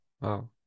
Wow